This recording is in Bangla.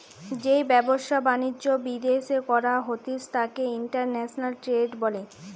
যেই ব্যবসা বাণিজ্য বিদ্যাশে করা হতিস তাকে ইন্টারন্যাশনাল ট্রেড বলে